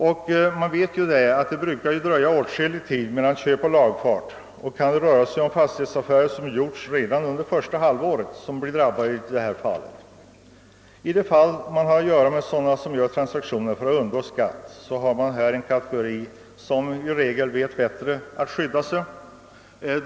Vi vet ju att det brukar gå åtskillig tid mellan köp och lagfart. Fastighetsaffärer som gjorts redan under första halvåret kan alltså komma att drabbas. De transaktioner som gjorts för att undgå skatt är gjorda av en kategori som i regel vet att skydda sig bättre.